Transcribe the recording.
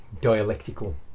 dialectical